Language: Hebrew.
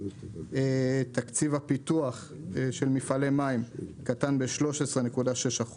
תקציב הפיתוח של מפעלי מים קטן ב-13.6%,